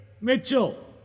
Mitchell